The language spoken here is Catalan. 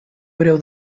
breu